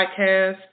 Podcast